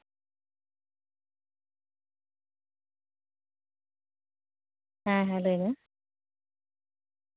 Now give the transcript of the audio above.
ᱦᱮᱸ ᱦᱮᱸ ᱞᱟᱹᱭ ᱢᱮ